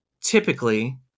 typically